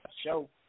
show